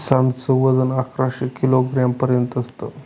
सांड च वजन अकराशे किलोग्राम पर्यंत असत